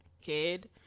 kid